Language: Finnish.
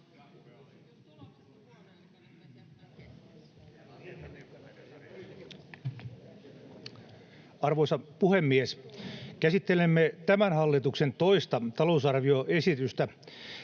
Arvoisa puhemies! Käsittelemme tämän hallituksen toista talousarvioesitystä.